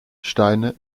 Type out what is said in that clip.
steine